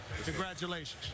Congratulations